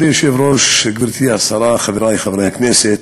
מכובדי היושב-ראש, גברתי השרה, חברי חברי הכנסת,